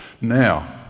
Now